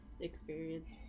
experience